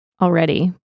already